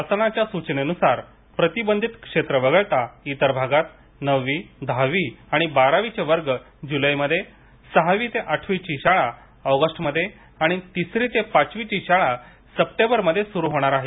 शासनाच्या सूचनेनुसार प्रतिबंधित क्षेत्र वगळता इतर भागात नववी दहावी आणि बारावीचे वर्ग जुलैमध्ये सहावी ते आठवीची शाळा ऑगस्टमध्ये आणि तिसरी ते पाचवीची शाळा सप्टेंबरमध्ये सुरु होणार आहे